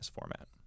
format